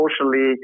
socially